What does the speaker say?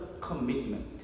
commitment